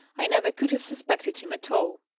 i never could have suspected him at all.